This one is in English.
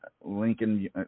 Lincoln